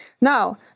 Now